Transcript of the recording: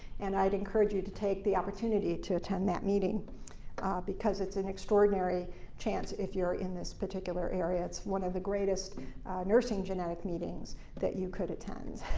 and i'd encourage you to take the opportunity to attend that meeting because it's an extraordinary chance if you're in this particular area. it's one of the greatest nursing genetic meetings that you could attend.